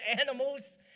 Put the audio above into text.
animals